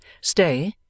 stay